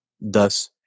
Thus